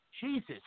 Jesus